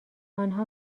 آنها